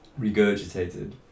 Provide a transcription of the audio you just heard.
regurgitated